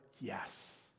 Yes